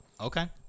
Okay